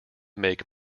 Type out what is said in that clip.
make